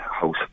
house